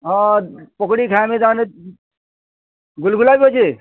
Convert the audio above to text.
ହଁ ପକ୍ଡ଼ି ଖାଏମି ତାହାନେ ଗୁଲ୍ଗୁଲା ବି ଅଛେ